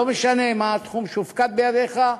לא משנה מה התחום שהופקד בידיך,